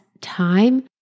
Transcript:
time